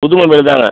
புது மொபைல் தாங்க